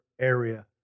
area